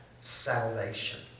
salvation